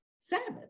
Sabbath